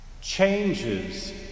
changes